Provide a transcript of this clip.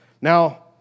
Now